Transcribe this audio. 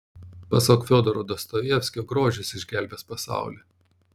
pasak fiodoro dostojevskio grožis išgelbės pasaulį